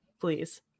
please